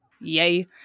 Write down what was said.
Yay